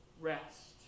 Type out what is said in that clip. rest